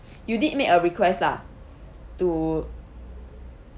you did made a request lah to